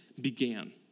began